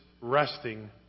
resting